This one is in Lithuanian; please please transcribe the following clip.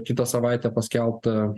kitą savaitę paskelbta